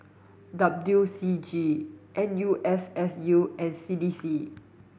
W C G N U S S U and C D C